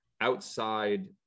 outside